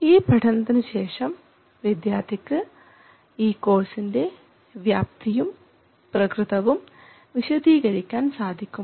ഈ പഠനത്തിനു ശേഷം വിദ്യാർത്ഥിക്ക് ഈ കോഴ്സിൻറെ വ്യാപ്തിയും പ്രകൃതവും വിശദീകരിക്കാൻ സാധിക്കും